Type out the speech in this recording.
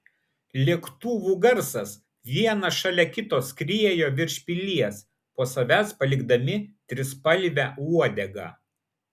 lėktuvų garsas vienas šalia kito skriejo virš pilies po savęs palikdami trispalvę uodegą